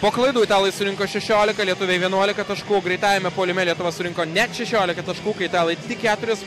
po klaidų italai surinko šešioliką lietuviai vienuoliką taškų greitajame puolime lietuva surinko net šešioliką taškų kai italai tik keturis